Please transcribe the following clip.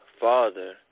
father